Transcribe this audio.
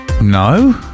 No